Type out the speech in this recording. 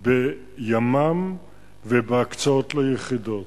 בימ"ם ובהקצאות ליחידות.